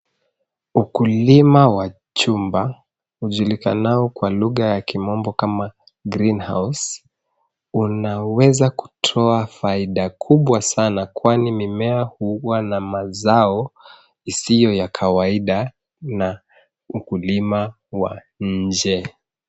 Ukulima wa chumba ujulikanao kwa lugha ya kimombo kama Greenhouse . Unaweza kutoa faida kubwa sana kwani mimea huwa na mazao isiyo ya kawaida na ukulima wa nje.